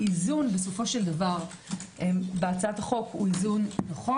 לכן האיזון בסופו של דבר בהצעת החוק הוא נכון.